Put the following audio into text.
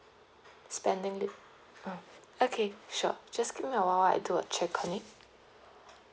spending li~ mm okay sure just give me a while I'll do a check on it